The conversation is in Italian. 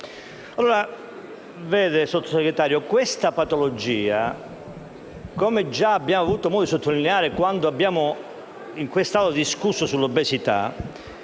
Vede, signor Sottosegretario, questa patologia, come già abbiamo avuto modo di sottolineare quando abbiamo discusso sull'obesità,